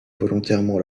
volontairement